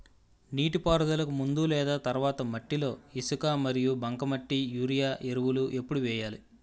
నీటిపారుదలకి ముందు లేదా తర్వాత మట్టిలో ఇసుక మరియు బంకమట్టి యూరియా ఎరువులు ఎప్పుడు వేయాలి?